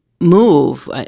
move